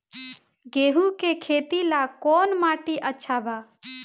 गेहूं के खेती ला कौन माटी अच्छा बा?